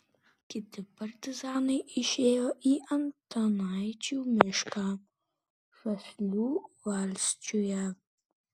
kiti partizanai išėjo į antanaičių mišką žaslių valsčiuje